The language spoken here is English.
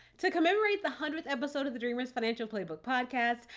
to commemorate the hundredth episode of the dreamers financial playbook podcast,